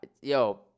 yo